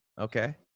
okay